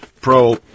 Pro